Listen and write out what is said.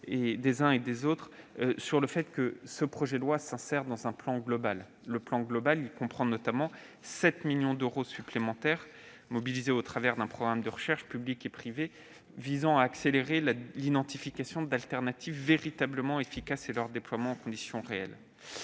votre attention sur le fait qu'il s'insère dans un plan global, qui comprend notamment 7 millions d'euros supplémentaires mobilisés au travers d'un programme de recherche publique et privée visant à accélérer l'identification d'alternatives véritablement efficaces et leur déploiement en conditions réelles.